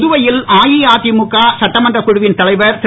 புதுவையில் அஇஅதிமுக சட்டமன்றக் குழுவின் தலைவர் திரு